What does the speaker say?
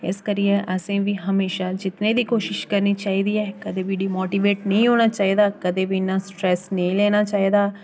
इस करियै असें बी हमेशा जित्तने दी कोशश करनी चाहि्दी ऐ कदें बी डिमोटिवेट नेईं होना चाहि्दा कदें बी इ'न्ना स्ट्रेस नेईं लैना चाहि्दा